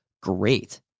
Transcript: great